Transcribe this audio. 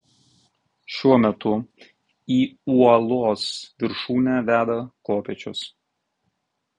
šiuo metu į uolos viršūnę veda kopėčios